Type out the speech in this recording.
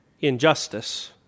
injustice